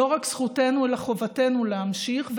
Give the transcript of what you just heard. לא רק זכותנו אלא חובתנו להמשיך,